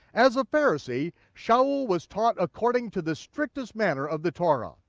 as a pharisee, saul was taught according to the strictest manner of the torah.